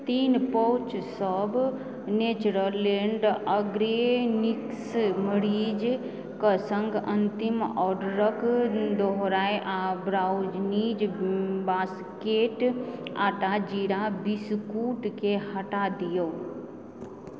तीन पाउच सब Natureland Organics मरीचक सङ्ग अन्तिम ऑर्डर के दोहराउ आ ब्राउनीज बास्केट आटा जीरा बिस्कुट के हटा दियौ